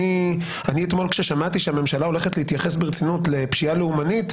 אני אתמול כששמעתי שהממשלה הולכת להתייחס ברצינות לפשיעה לאומנית,